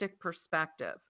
perspective